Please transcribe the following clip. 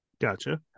Gotcha